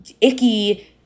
icky